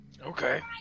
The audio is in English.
Okay